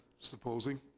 supposing